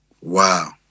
Wow